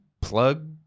plug